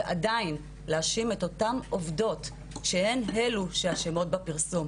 ועדיין להאשים את אותן עובדות שהן אלו שאשמות בפרסום.